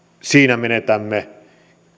siinä menetämme